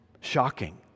Shocking